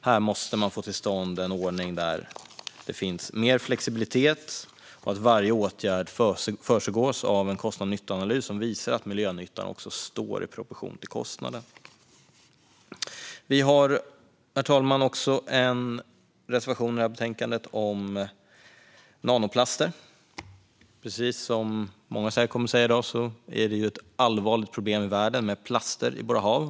Här måste man få till stånd en ordning där det finns mer flexibilitet och där varje åtgärd föregås av en kostnads och nyttoanalys som visar att miljönyttan står i proportion till kostnaden. Vi har, herr talman, också en reservation i detta betänkande om nanoplaster. Precis som många kommer att säga i dag är det ett allvarligt problem i världen med plaster i våra hav.